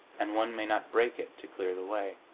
and one may not break it to clear the way.